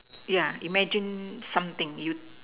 ya imagine something you